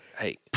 hey